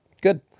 good